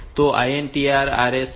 તો INTR RST 5